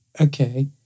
okay